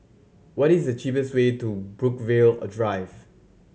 what is the cheapest way to Brookvale a Drive